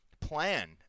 plan